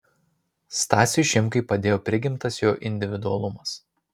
stasiui šimkui padėjo prigimtas jo individualumas